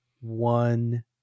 one